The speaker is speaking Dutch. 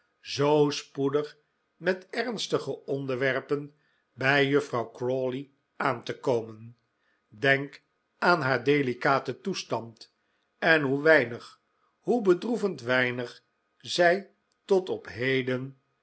zoo spoedig met ernstige onderwerpen bij juffrouw crawley aan te komen denk aan haar delicaten toestand en hoe weinig hoe bedroevend weinig zij tot op heden